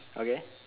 okay